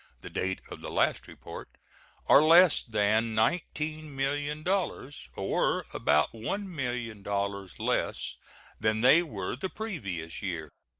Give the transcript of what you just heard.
the date of the last report are less than nineteen million dollars, or about one million dollars less than they were the previous year.